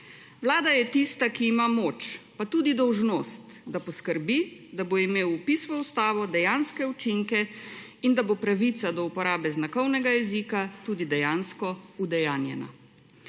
Vlada je tista, ki ima moč, pa tudi dolžnost, da poskrbi, da bo imel vpis v ustavo dejanske učinke in da bo pravica do uporabe znakovnega jezika tudi dejansko udejanjena.